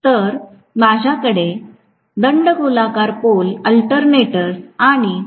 तर आपल्याकडे दंडगोलाकार पोल अल्टरनेटर्स आणि ठळक पोल अल्टरनेटर्स आहेत